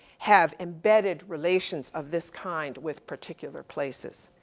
have embedded relations of this kind with particular places.